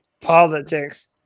politics